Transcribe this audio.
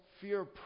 fear